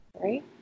Right